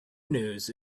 news